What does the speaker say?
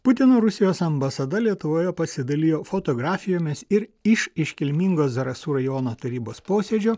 putino rusijos ambasada lietuvoje pasidalijo fotografijomis ir iš iškilmingo zarasų rajono tarybos posėdžio